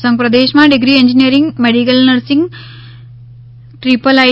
સંઘપ્રદેશમાં degree engineering medical nursing triple I